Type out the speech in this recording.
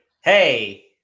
hey